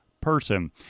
person